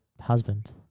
husband